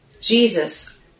Jesus